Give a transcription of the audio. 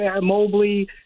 Mobley